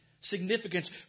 significance